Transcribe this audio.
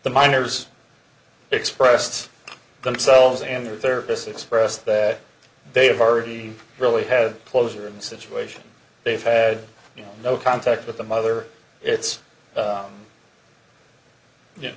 the miners expressed themselves and their therapist expressed that they've already really had closure in this situation they've had no contact with the mother it's